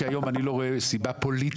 כי היום אני לא רואה סיבה פוליטית.